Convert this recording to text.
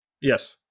Yes